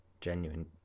genuine